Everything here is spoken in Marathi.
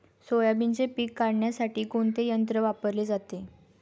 सोयाबीनचे पीक काढण्यासाठी कोणते यंत्र वापरले जाते?